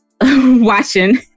watching